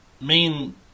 main